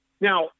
Now